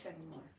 anymore